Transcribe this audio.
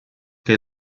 che